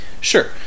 Sure